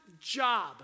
job